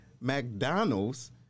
McDonald's